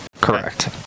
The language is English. Correct